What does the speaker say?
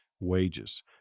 wages